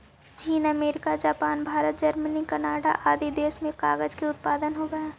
चीन, America, Japan, Bharat, Germany, Canada आदि देश में कागज के उत्पादन होवऽ हई